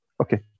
okay